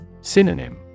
Synonym